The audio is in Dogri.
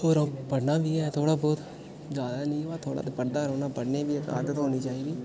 होर अऊं पढ़ना बी ऐ थोड़ा बहुत जादा नेईं मगर थोड़ा ते पढ़दा गै रौंह्ना पढ़ने दी बी इक आदत होनी चाहिदी